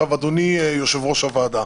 אדוני יושב-ראש הוועדה,